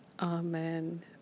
Amen